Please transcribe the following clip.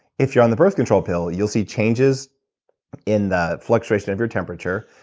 if you're on the birth control pill you'll see changes in the fluctuation of your temperature.